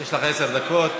יש לך עשר דקות.